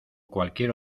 cualquier